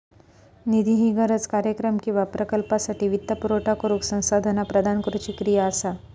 निधी ही गरज, कार्यक्रम किंवा प्रकल्पासाठी वित्तपुरवठा करुक संसाधना प्रदान करुची क्रिया असा